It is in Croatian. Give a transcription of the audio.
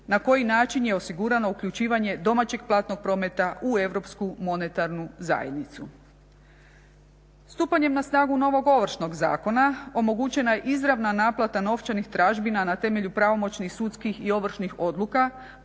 na koji način je osigurano uključivanje domaćeg platnog prometa u Europsku monetarnu zajednicu. Stupanjem na snagu novog Ovršnog zakona omogućena je izravna naplata novčanih tražbina na temelju pravomoćnih sudskih i ovršnih odluka,